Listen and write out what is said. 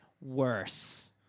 worse